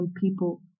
people